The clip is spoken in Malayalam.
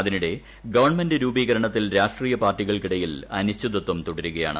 അതിനിടെ ഗവൺമെന്റ് രൂപീകരണത്തിൽ രാഷ്ട്രീയ പാർട്ടികൾക്കിടയിൽ അനിശ്ചിതത്വം തുടരുകയാണ്